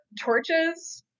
torches